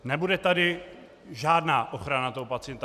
Nebude tady žádná ochrana toho pacienta.